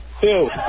Two